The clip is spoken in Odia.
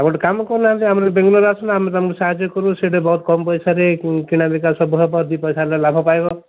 ଆଉ ଗୋଟେ କାମ କରୁନାହାନ୍ତି ଆମର ବେଙ୍ଗାଲୁର ଆସୁନ ଆମେ ତୁମକୁ ସାହାଯ୍ୟ କରିବୁ ସେଇଟା ବହୁତ କମ୍ ପଇସାରେ କିଣାବିକା ସବୁ ହେବ ଦୁଇ ପଇସା ହେଲେ ଲାଭ ପାଇବ